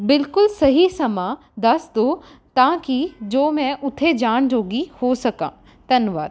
ਬਿਲਕੁਲ ਸਹੀ ਸਮਾਂ ਦੱਸ ਦਿਉ ਤਾਂ ਕਿ ਜੋ ਮੈਂ ਉੱਥੇ ਜਾਣ ਜੋਗੀ ਹੋ ਸਕਾਂ ਧੰਨਵਾਦ